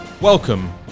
Welcome